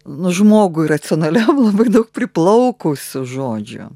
nu žmogui racionaliam labai daug priplaukusiu žodžių